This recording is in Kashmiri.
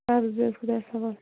ادٕ حظ بہِو حظ خۄدایس حوال